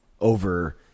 over